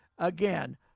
Again